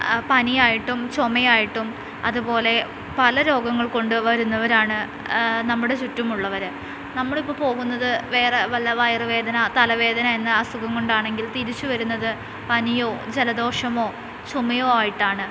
പനിയായിട്ടും ചുമയായിട്ടും അതുപോലെ പലരോഗങ്ങൾക്കൊണ്ട് വരുന്നവരാണ് നമ്മുടെ ചുറ്റും ഉള്ളവര് നമ്മളിപ്പോൾ പോകുന്നത് വേറെവല്ല വയറുവേദന തലവേദന എന്ന അസുഖകൊണ്ടാണെങ്കിൽ തിരിച്ചുവരുന്നത് പനിയോ ജലദോഷമോ ചുമയോ ആയിട്ടാണ്